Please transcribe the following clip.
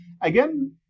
again